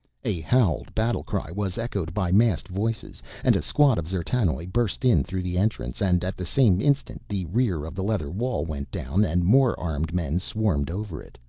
a howled battlecry was echoed by massed voices and a squad of d'zertanoj burst in through the entrance, and at the same instant the rear of the leather wall went down and more armed men swarmed over it.